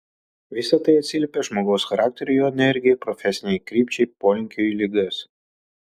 visa tai atsiliepia žmogaus charakteriui jo energijai profesinei krypčiai polinkiui į ligas